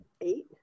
eight